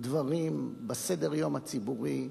דברים בסדר-היום הציבורי,